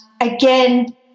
again